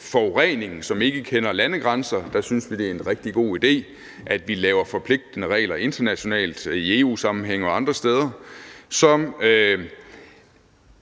forurening, som ikke kender landegrænser, synes, det er en rigtig god idé, at man internationalt laver forpligtende regler, i EU-sammenhæng og andre steder,